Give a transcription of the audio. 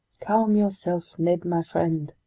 calm yourself, ned my friend,